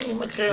היא מקריאה.